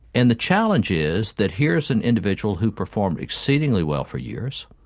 and the challenge is that here's an individual who performed exceedingly well for years,